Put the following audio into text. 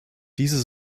diese